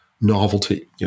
novelty